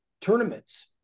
tournaments